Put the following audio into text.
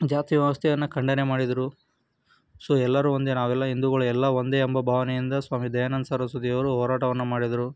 ಜಾತಿ ವ್ಯವಸ್ಥೆಯನ್ನು ಖಂಡನೆ ಮಾಡಿದರು ಸೊ ಎಲ್ಲರೂ ಒಂದೇ ನಾವೆಲ್ಲ ಹಿಂದೂಗಳು ಎಲ್ಲ ಒಂದೇ ಎಂಬ ಭಾವನೆಯಿಂದ ಸ್ವಾಮಿ ದಯಾನಂದ ಸರಸ್ವತಿಯವರು ಹೋರಾಟವನ್ನು ಮಾಡಿದರು